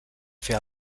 fer